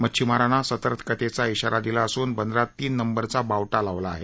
मच्छीमारांना सतर्कतेचा इशारा दिला असून बंदरात तीन नंबरचा बावटा लावला आहे